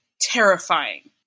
terrifying